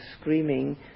screaming